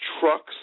trucks